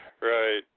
right